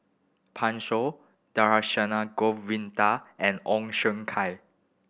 Pan Shou Dhershini Govin Winodan and Ong Siong Kai